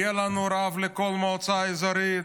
יהיה לנו רב לכל מועצה אזורית,